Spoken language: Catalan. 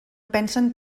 pensen